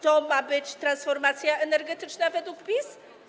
To ma być transformacja energetyczna według PiS?